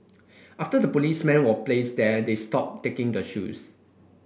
after the policeman were placed there they stopped taking the shoes